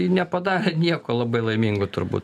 nepadarė nieko labai laimingu turbūt